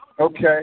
Okay